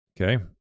okay